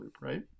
right